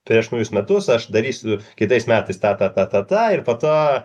prieš naujus metus aš darysiu kitais metais tą tą tą tą tą po to